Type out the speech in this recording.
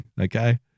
Okay